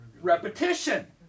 repetition